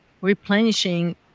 replenishing